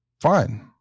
fine